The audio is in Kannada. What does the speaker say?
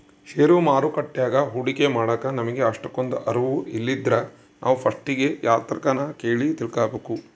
ಷೇರು ಮಾರುಕಟ್ಯಾಗ ಹೂಡಿಕೆ ಮಾಡಾಕ ನಮಿಗೆ ಅಷ್ಟಕೊಂದು ಅರುವು ಇಲ್ಲಿದ್ರ ನಾವು ಪಸ್ಟಿಗೆ ಯಾರ್ತಕನ ಕೇಳಿ ತಿಳ್ಕಬಕು